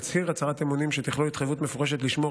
יצהיר הצהרת אמונים שתכלול התחייבות מפורשת לשמור